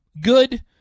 good